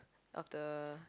of the